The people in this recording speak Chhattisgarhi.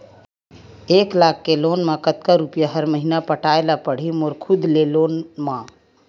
एक लाख के लोन मा कतका रुपिया हर महीना पटाय ला पढ़ही मोर खुद ले लोन मा?